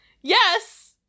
Yes